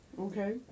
Okay